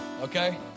okay